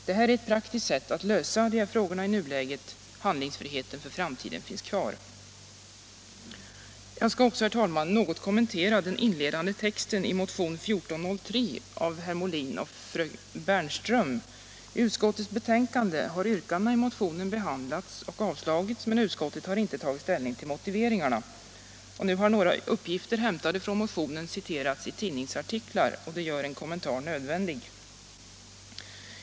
Det här är ett praktiskt sätt att lösa de här frågorna i nuläget. Handlingsfriheten för framtiden finns kvar. Jag skall också, herr talman, något kommentera den inledande texten i motionen 1403 av herr Molin och fru Bernström. I utskottets betänkande har yrkandena i motionen behandlats och avstyrkts, men utskottet har inte tagit ställning till motiveringarna. Nu har några uppgifter hämtade ur motionen citerats i tidningsartiklar, och det gör en kommentar nödvändig.